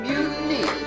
Mutiny